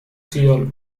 seoul